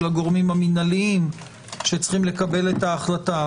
הגורמים המינהליים שצריכים לקבל את ההחלטה.